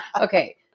Okay